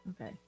Okay